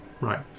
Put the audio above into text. Right